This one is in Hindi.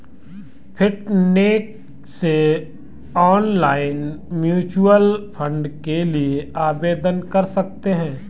फिनटेक से ऑनलाइन म्यूच्यूअल फंड के लिए आवेदन कर सकते हैं